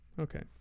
Okay